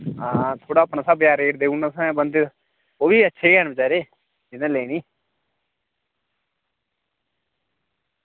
हां थोह्ड़ा अपने स्हाबै दा रेट देई ओड़ना तुसें बंदे ओह् बी अच्छे गै न बचारे जिनें लैनी